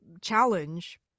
challenge